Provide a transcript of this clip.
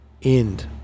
end